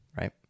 right